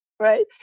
Right